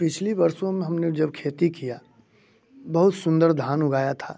पिछली वर्षो में हमने जब खेती किया बहुत सुंदर धान उगाया था